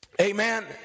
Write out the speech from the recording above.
Amen